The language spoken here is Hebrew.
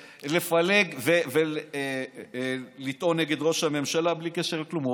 לפלג ולטעון נגד ראש הממשלה בלי קשר לכלום.